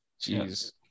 Jeez